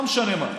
לא משנה מה,